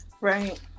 Right